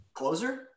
closer